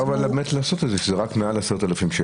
אפשר לעשות שזה רק מעל 10,000 שקלים.